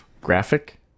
graphic